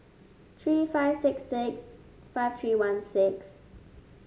three five six six five three one six